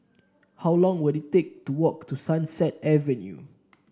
how long will it take to walk to Sunset Avenue